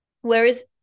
whereas